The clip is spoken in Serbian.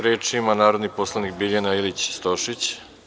Reč ima narodni poslanik Biljana Ilić Stošić.